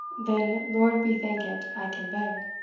then, lord be thankit, i can beg.